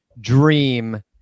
dream